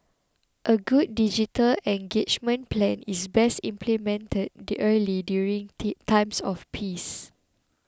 a good digital engagement plan is best implemented early during tea times of peace